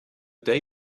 day